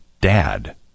dad